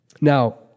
Now